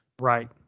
right